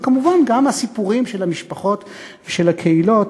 וכמובן, גם הסיפורים של המשפחות ושל הקהילות,